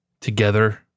together